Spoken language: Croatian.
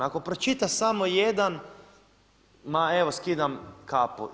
Ako pročita samo jedan, ma evo skidam kapu.